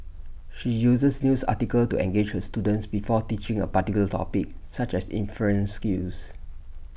she uses news articles to engage her students before teaching A particular topic such as inference skills